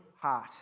heart